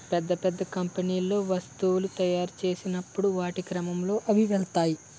పెద్ద పెద్ద కంపెనీల్లో వస్తువులను తాయురు చేసినప్పుడు వాటి క్రమంలో అవి వెళ్తాయి